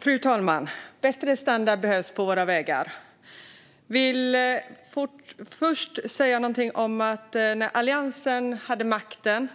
Fru talman! Bättre standard behövs på våra vägar. Jag vill först säga att när Alliansen hade makten